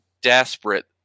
Desperate